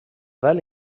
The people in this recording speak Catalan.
vel